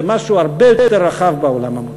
זה משהו הרבה יותר רחב בעולם המודרני.